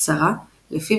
קצרה – לפיו,